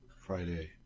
Friday